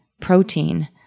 protein